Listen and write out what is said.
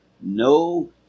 no